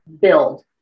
build